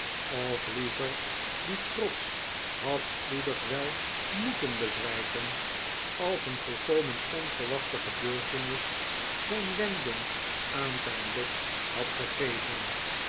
of liever die trots had spoedig wet moeten bezwijken als een volkomen onverwachte gebeurtenis geen wending aan zijn lot had gegeven